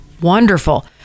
wonderful